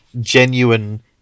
genuine